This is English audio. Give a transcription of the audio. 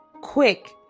quick